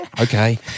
okay